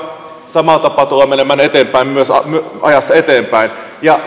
samalla tapaa tullaan menemään myös ajassa eteenpäin ja